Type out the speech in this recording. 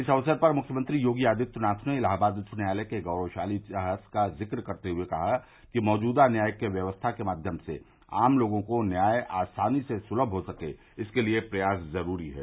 इस अवसर पर मुख्यमंत्री योगी आदित्यनाथ ने इलाहाबाद उच्च न्यायालय के गोरवशाली इतिहास का जिक्र करते हए कहा कि मौजूदा न्यायिक व्यवस्था के माध्यम से आम लोगों को न्याय आसानी से सुलम हो सके इसके लिए प्रयास जरूरी है